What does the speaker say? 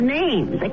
names